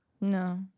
No